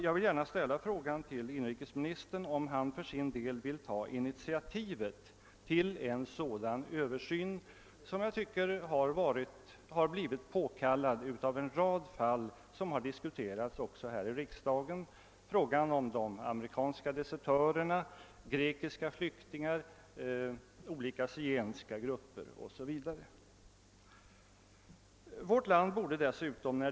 Jag vill ställa frågan till inrikesministern, om han för sin del vill ta initiativet till en sådan översyn, som blivit påkallad av en rad fall vilka också diskuterats här i riksdagen. Jag syftar på de amerikanska desertörerna, på grekiska flyktingar, på en del andra zigenska grupper än de nu aktuella 0. s. Vv.